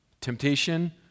temptation